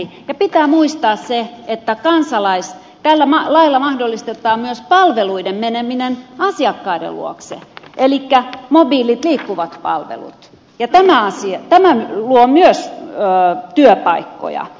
ja pitää muistaa se että tällä lailla mahdollistetaan myös palveluiden meneminen asiakkaiden luokse elikkä mobiilit liikkuvat palvelut ja tämä luo myös työpaikkoja